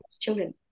children